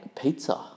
Pizza